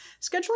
Scheduling